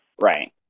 Right